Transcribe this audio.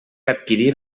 adquirir